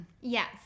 Yes